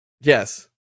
yes